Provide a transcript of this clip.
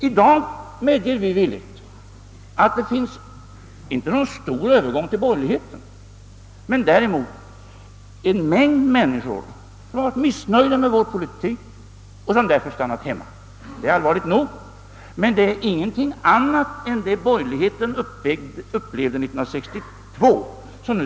I dag finns det inte någon stor övergång till borgerligheten men däremot, det medger vi villigt, en mängd människor som varit missnöjda med vår politik och därför stannat hemma. Det är allvarligt nog, men det är ingenting annat än vad borgerligheten upplevde 1962.